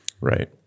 right